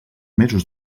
mesos